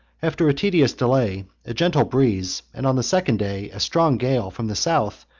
after a tedious delay, a gentle breeze, and, on the second day, a strong gale from the south,